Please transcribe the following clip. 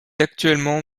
actuellement